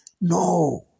No